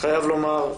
חייב לומר,